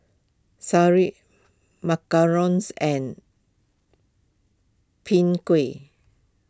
Sireh Macarons and Pin Kueh